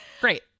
Great